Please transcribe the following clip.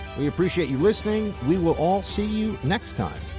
we appreciate you listening. we will all see you next time.